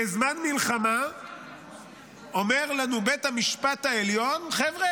בזמן מלחמה אומר לנו בית המשפט העליון: חבר'ה